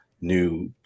new